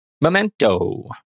Memento